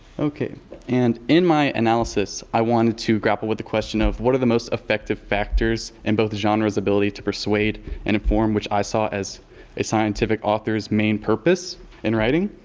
okay and in my analysis, i wanted to grapple with the question of, what are the most effective factors in both genres ability to persuade and inform which i saw as a scientific authors main purpose in writing.